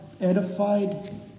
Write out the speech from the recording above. edified